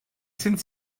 sind